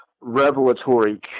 revelatory